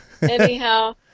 Anyhow